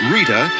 Rita